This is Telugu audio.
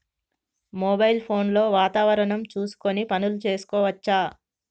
మొబైల్ ఫోన్ లో వాతావరణం చూసుకొని పనులు చేసుకోవచ్చా?